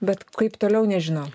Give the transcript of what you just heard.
bet kaip toliau nežinau